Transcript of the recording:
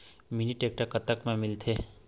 Mini tractor कतक म मिलथे?